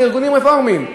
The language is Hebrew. זה ארגונים רפורמיים.